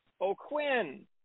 O'Quinn